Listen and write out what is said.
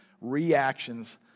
Reactions